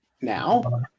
now